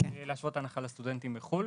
השוואת הנחה לסטודנטים בחו"ל.